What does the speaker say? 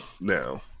now